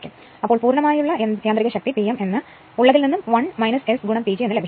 അപ്പോൾ പൂര്ണമായുള്ള യാന്ത്രിക ശക്തി P m എന്ന് ഉള്ളതിൽ നിന്നും 1 S PG എന്ന് ലഭിക്കും